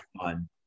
fun